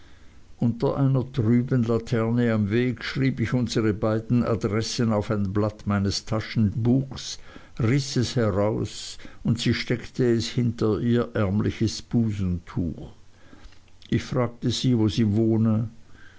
unter einer trüben laterne am weg schrieb ich unsere beiden adressen auf ein blatt meines taschenbuchs riß es heraus und sie steckte es hinter ihr ärmliches busentuch ich fragte sie wo sie wohne